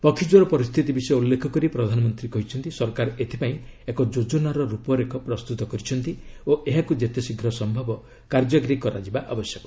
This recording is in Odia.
ପକ୍ଷୀ କ୍ୱର ପରିସ୍ଥିତି ବିଷୟ ଉଲ୍ଲେଖ କରି ପ୍ରଧାନମନ୍ତ୍ରୀ କହିଛନ୍ତି ସରକାର ଏଥିପାଇଁ ଏକ ଯୋଜନାର ରୂପରେଖ ପ୍ରସ୍ତୁତ କରିଛନ୍ତି ଓ ଏହାକୁ ଯେତେଶୀଘ୍ର ସମ୍ଭବ କାର୍ଯ୍ୟକାରୀ କରାଯିବା ଆବଶ୍ୟକ